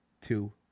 two